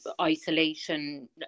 isolation